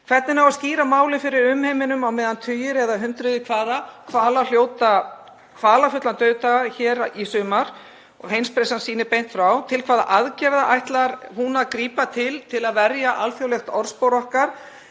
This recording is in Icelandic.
Hvernig á að skýra málið fyrir umheiminum á meðan tugir eða hundruð hvala hljóta kvalafullan dauðdaga hér í sumar og heimspressan sýnir beint frá? Til hvaða aðgerða ætlar hún að grípa til að verja alþjóðlegt orðspor okkar